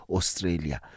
Australia